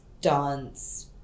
dance